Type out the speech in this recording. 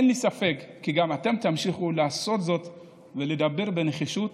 אין לי ספק כי גם אתם תמשיכו לעשות זאת ולדבר בנחישות,